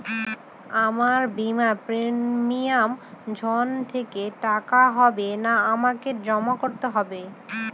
আমার বিমার প্রিমিয়াম ঋণ থেকে কাটা হবে না আমাকে জমা করতে হবে?